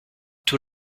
tout